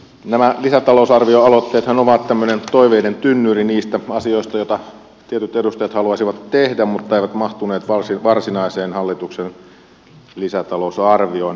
nämä lisätalousarvioaloitteethan ovat tämmöinen toiveiden tynnyri niistä asioista joita tietyt edustajat haluaisivat tehdä mutta jotka eivät mahtuneet varsinaiseen hallituksen lisätalousarvioon